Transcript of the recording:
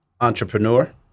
Entrepreneur